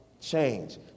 Change